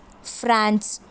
France